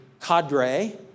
cadre